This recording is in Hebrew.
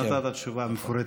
נתת תשובה מפורטת.